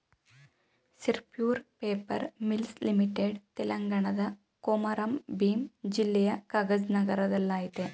Sirpur paper mills limited ತೆಲಂಗಾಣದ ಕೊಮಾರಂ ಭೀಮ್ ಜಿಲ್ಲೆಯ ಕಗಜ್ ನಗರದಲ್ಲಯ್ತೆ